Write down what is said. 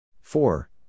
Four